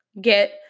Get